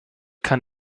kann